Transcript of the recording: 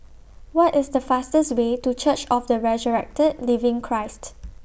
What IS The fastest Way to Church of The Resurrected Living Christ